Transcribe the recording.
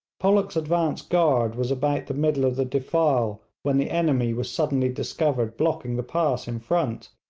pollock's advance-guard was about the middle of the defile, when the enemy were suddenly discovered blocking the pass in front,